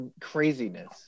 craziness